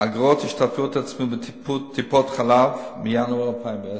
אגרות ההשתתפות העצמית בטיפות-חלב מינואר 2010,